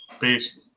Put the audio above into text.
Peace